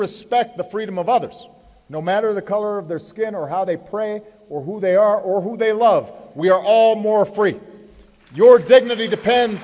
respect the freedom of others no matter the color of their skin or how they pray or who they are or who they love we are no more free your dignity depends